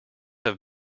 have